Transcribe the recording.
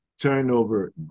turnover